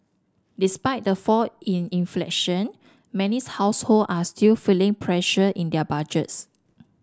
despite the fall in inflation many's household are still feeling pressure in their budgets